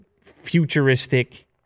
futuristic